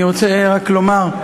אני רוצה רק לומר: